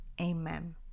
Amen